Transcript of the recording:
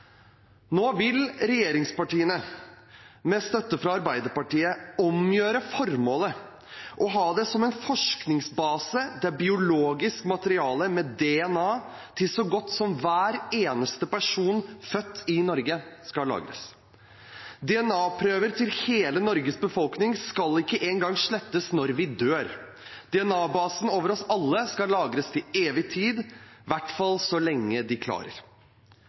Nå vil regjeringspartiene, med støtte fra Arbeiderpartiet, omgjøre formålet og ha det som en forskningsbase der biologisk materiale med DNA fra så godt som hver eneste person født i Norge skal lagres. DNA-prøver fra hele Norges befolkning skal ikke engang slettes når vi dør – DNA-basen over oss alle skal lagres til evig tid, i hvert fall så lenge en klarer.